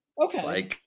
Okay